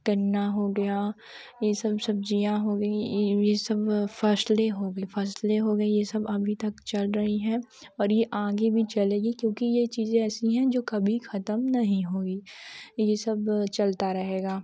गन्ना हो गया ये सब सब्जियाँ हो गई ये सब फसलें हो गई फसलें हो गई ये सब अभी तक चल रही हैं और ये आगे भी चलेंगी क्योंकि ये चीज़ें ऐसी है जो कभी खत्म नहीं हुई ये सब चलता रहेगा